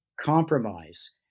compromise